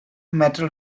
metal